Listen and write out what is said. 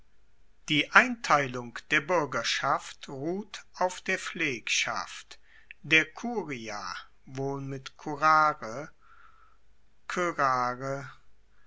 die einteilung der buergerschaft ruht auf der pflegschaft der curia wohl mit